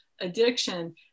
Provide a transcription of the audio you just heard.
addiction